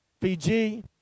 Fiji